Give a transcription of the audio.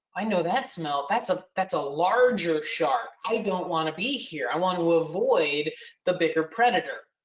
i know that smell. that's ah that's a larger shark. i don't want to be here. i want to avoid the bigger predator.